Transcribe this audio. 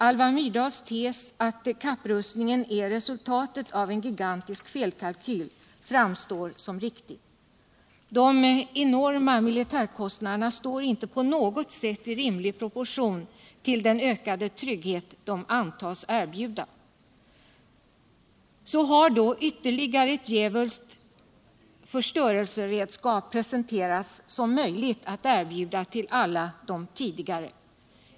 Alva Myrdals tes att kapprustningen är resultatet av en gigantisk felkalkyl framstår som riktig. De enorma militärkostnaderna står inte på något sätt i rimlig proportion till den ökade trygghet de antas erbjuda. Så har då viuerligare ett djävulskt förstörelseredskap presenterats som möjligt att erbjuda till alla de tidigare.